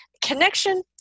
connection